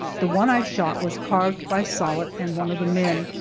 the one i shot was carved by sollitt and one of the men,